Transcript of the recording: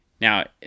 Now